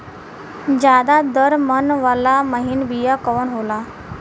ज्यादा दर मन वाला महीन बिया कवन होला?